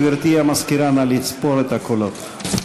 גברתי המזכירה, נא לספור את הקולות.